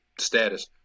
status